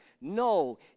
No